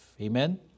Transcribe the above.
Amen